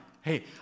hey